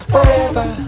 Forever